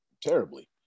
terribly